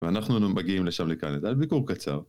ואנחנו מגיעים לשם לקנדה. זה היה ביקור קצר.